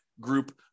group